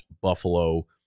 Buffalo